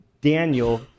Daniel